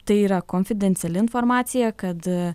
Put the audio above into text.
tai yra konfidenciali informacija kad